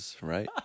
right